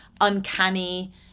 uncanny